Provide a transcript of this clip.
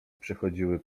przechodziły